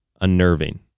unnerving